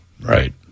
Right